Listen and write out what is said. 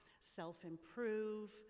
self-improve